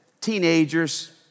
teenagers